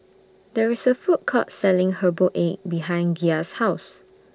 There IS A Food Court Selling Herbal Egg behind Gia's House